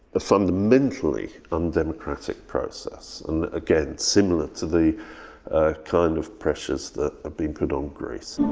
a fundamentally undemocratic process, and again similar to the kind of pressures that are being put on greece.